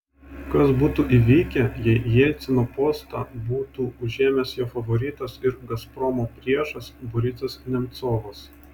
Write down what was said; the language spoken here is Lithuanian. kas būtų įvykę jei jelcino postą būtų užėmęs jo favoritas ir gazpromo priešas borisas nemcovas